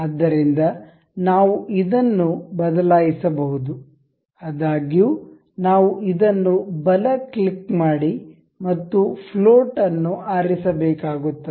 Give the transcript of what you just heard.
ಆದ್ದರಿಂದ ನಾವು ಇದನ್ನು ಬದಲಾಯಿಸಬಹುದು ಆದಾಗ್ಯೂ ನಾವು ಇದನ್ನು ಬಲ ಕ್ಲಿಕ್ ಮಾಡಿ ಮತ್ತು ಫ್ಲೋಟ್ ಅನ್ನು ಆರಿಸಬೇಕಾಗುತ್ತದೆ